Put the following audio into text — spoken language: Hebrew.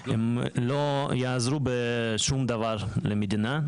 הם לא יעזרו בשום דבר למדינה,